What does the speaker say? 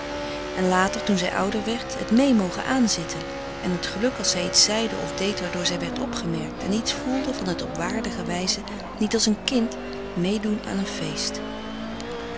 en later toen zij ouder werd het mee mogen aanzitten en het geluk als zij iets zeide of deed waardoor zij werd opgemerkt en iets voelde van het op waardige wijze niet als een kind meedoen aan een feest